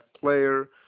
player